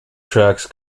tracks